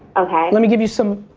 okay. let me give you some,